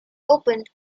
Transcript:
opened